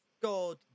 God